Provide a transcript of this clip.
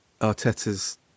Arteta's